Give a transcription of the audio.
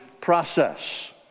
process